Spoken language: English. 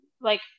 like-